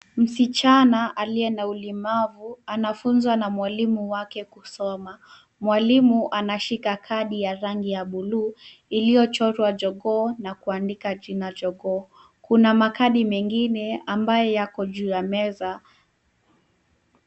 Msichana aliye na ulemavu anafunzwa na mwalimu wake kusoma. Mwalimu anashika kadi ya rangi ya buluu iliyochorwa jogoo na kuandika jina jogoo. Kuna makadi mengine ambayo yako juu ya meza.